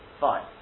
Fine